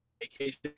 vacation